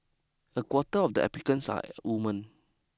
a quarter of the applicants are women